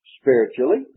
spiritually